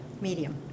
Medium